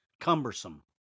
cumbersome